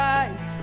eyes